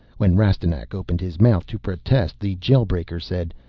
when rastignac opened his mouth to protest, the jail-breaker said,